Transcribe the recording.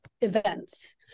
events